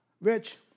Rich